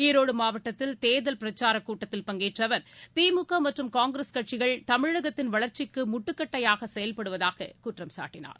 ஈரோடு மாவட்டத்தில் தேர்தல் பிரச்சாரக் கூட்டத்தில் பங்கேற்ற அவர் திமுக மற்றும் காங்கிரஸ் கட்சிகள் தமிழகத்தின் வளா்ச்சிக்கு முட்டுக்கட்டையாக செயல்படுவதாக குற்றம்சாட்டினார்